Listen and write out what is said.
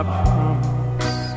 promise